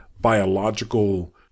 biological